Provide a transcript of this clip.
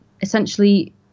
essentially